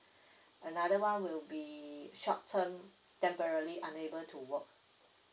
another one will be short term temporally unable to work